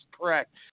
correct